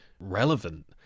relevant